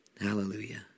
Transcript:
hallelujah